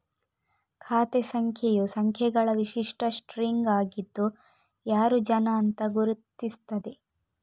ಖಾತೆ ಸಂಖ್ಯೆಯು ಸಂಖ್ಯೆಗಳ ವಿಶಿಷ್ಟ ಸ್ಟ್ರಿಂಗ್ ಆಗಿದ್ದು ಯಾರು ಜನ ಅಂತ ಗುರುತಿಸ್ತದೆ